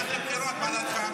אז בוא נלך לבחירות, מה דעתך?